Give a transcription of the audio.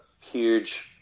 huge